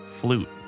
flute